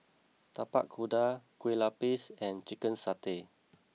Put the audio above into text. Tapak Kuda Kueh Lapis and Chicken Satay